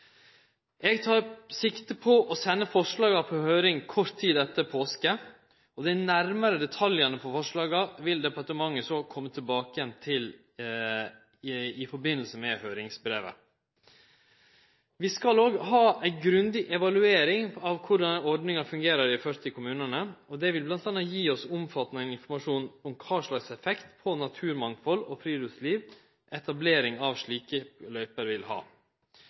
Eg tek sikte på å sende forslaga på høyring kort tid etter påske. Dei nærmare detaljane for forslaga vil departementet så kome tilbake til i forbindelse med høyringsbrevet. Vi skal òg ha ei grundig evaluering av korleis ordninga fungerer i dei 40 kommunane. Det vil bl.a. gje oss omfattande informasjon om kva slags effekt på naturmangfald og friluftsliv etablering av slike løyper vil ha.